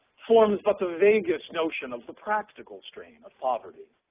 forms but the vaguest notion of the practical strain of poverty.